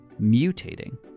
mutating